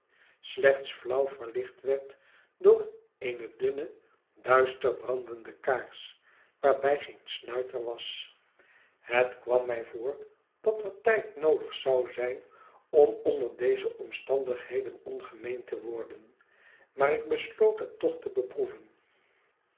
slechts flauw verlicht werd door eene dunne duister brandende kaars waarbij geen snuiter was het kwam mij voor dat er tijd noodig zou zijn ora onder deze omstandigheden ongemeen te worden maar ik besloot het toch te beproeven